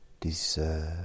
deserve